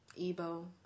ebo